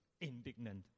indignant